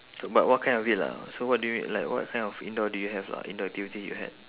but what kind of it lah so what do you like what kind of indoor do you have lah indoor activity you had